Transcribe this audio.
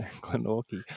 Glenorchy